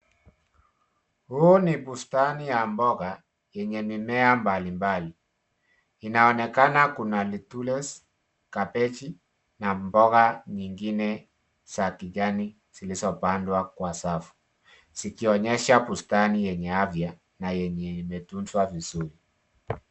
Huu ni bustani ya mboga yenye mimea mbalimbali. Inaonekana kuna lettuce kabichi na mboga nyingine za kijani zilizopandwa kwa safu, zikionyesha bustani yenye afya na yenye imetunzwa vizuri.